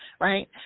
right